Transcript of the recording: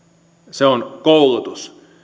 se on koulutus